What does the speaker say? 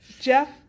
Jeff